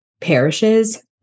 parishes